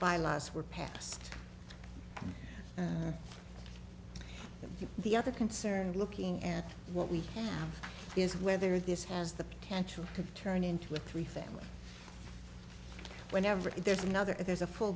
bylaws were passed to the other concerned looking at what we have is whether this has the potential to turn into a three family whenever there's another if there's a full